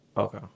Okay